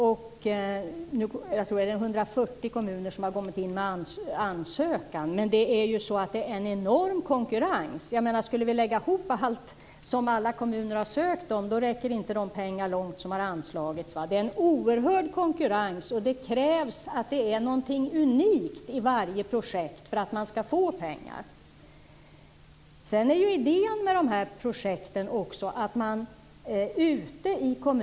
Jag tror att det är 140 kommuner som har kommit in med ansökan. Det är en enorm konkurrens. Skulle vi lägga ihop alla projekt som kommunerna har ansökt om att få pengar till räcker de pengar som har anslagits inte långt. Det är en oerhörd konkurrens. Det krävs någonting unikt i varje projekt för att projektet skall få pengar.